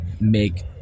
make